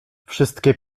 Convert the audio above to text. wszystkie